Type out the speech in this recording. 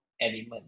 element